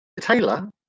Taylor